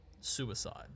suicide